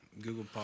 google